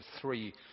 three